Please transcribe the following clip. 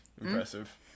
Impressive